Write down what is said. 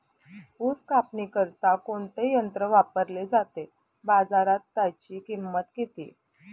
ऊस कापणीकरिता कोणते यंत्र वापरले जाते? बाजारात त्याची किंमत किती?